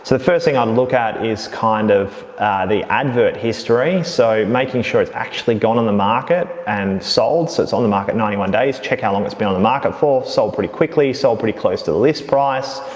the first thing i'd look at is kind of the advert history. so, making sure it's actually gone on the market and sold. so, it's on the market at ninety one days, check how long it's been on the market for, sold pretty quickly, sold pretty close to the list price,